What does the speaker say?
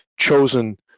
chosen